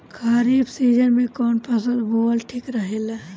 खरीफ़ season में कौन फसल बोअल ठिक रहेला ह?